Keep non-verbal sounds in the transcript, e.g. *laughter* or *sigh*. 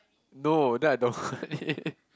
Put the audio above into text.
no then I don't want eat *laughs*